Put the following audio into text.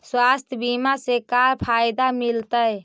स्वास्थ्य बीमा से का फायदा मिलतै?